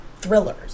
thrillers